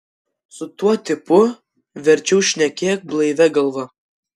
su tuo tipu verčiau šnekėk blaivia galva